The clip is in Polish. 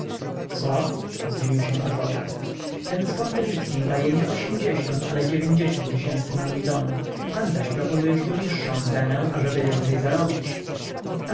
co zdziwił się adwokat ten skąpy litwin daje nie ośmdziesiąt ale dziewięćdziesiąt tysięcy za mój dom pan zaś proponujesz mi niższą cenę ażeby więcej zarobić hę